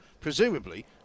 Presumably